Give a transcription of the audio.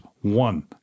One